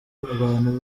abantu